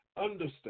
understand